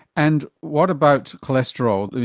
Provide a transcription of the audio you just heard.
and what about cholesterol,